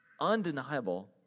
undeniable